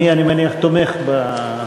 אדוני, אני מניח, תומך בהודעתו.